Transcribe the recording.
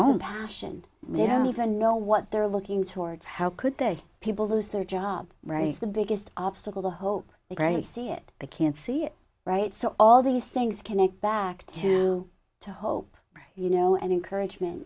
own passion they don't even know what they're looking towards how could they people lose their job right is the biggest obstacle to hope they very see it they can see it right so all these things connect back to the hope you know and encouragemen